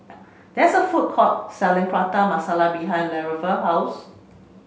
there is a food court selling Prata Masala behind Lavera's house